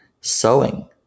Sewing